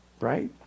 Right